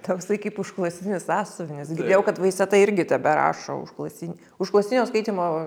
toksai kaip užklasinis sąsiuvinis girdėjau kad veiseta irgi teberašo užklasinį užklasinio skaitymo